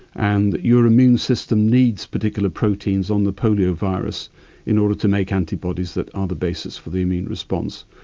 and your immune system needs particular proteins on the polio virus in order to make antibodies that are the basis for the immune response.